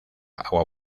agua